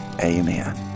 Amen